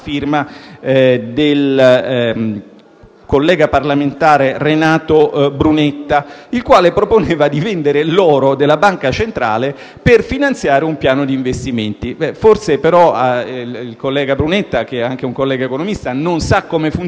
del collega parlamentare Renato Brunetta, che proponeva di prendere l'oro della banca centrale per finanziare un piano di investimenti. Forse, però, il collega Brunetta, che è anche un collega economista, non sa come il